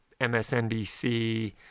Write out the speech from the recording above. MSNBC